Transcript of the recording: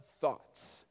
thoughts